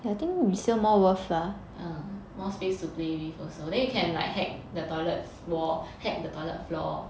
mm more space to play with also then you can like hack the toilet's wall hack the toilet floor